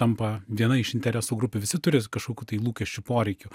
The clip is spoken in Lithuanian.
tampa viena iš interesų grupių visi turi kažkokių tai lūkesčių poreikių